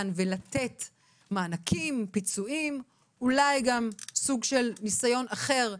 לתת מענקים ופיצויים ואולי ניסיון להתייחס אחרת